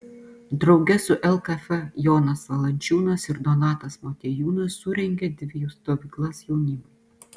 drauge su lkf jonas valančiūnas ir donatas motiejūnas surengė dvi stovyklas jaunimui